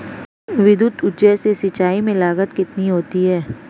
विद्युत ऊर्जा से सिंचाई में लागत कितनी होती है?